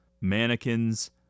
mannequins